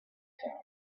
sound